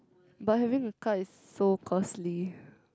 but having a car is so costly